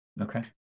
okay